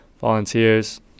volunteers